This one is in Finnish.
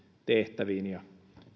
tehtäviin ja